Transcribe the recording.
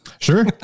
Sure